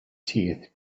teeth